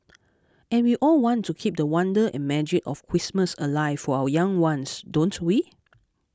and we all want to keep the wonder and magic of Christmas alive for our young ones don't we